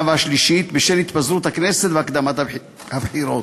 והשלישית בשל התפזרות הכנסת והקדמת הבחירות.